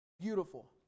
Beautiful